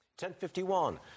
10.51